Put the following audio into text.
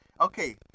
Okay